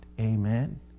Amen